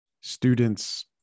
students